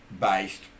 based